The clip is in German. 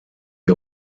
die